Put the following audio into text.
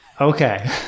Okay